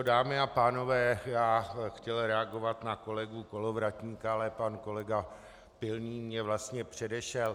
Dámy a pánové, chtěl jsem reagovat na kolegu Kolovratníka, ale pan kolega Pilný mě vlastně předešel.